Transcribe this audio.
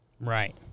Right